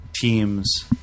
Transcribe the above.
teams